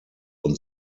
und